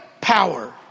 power